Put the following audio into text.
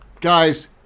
guys